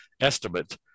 estimate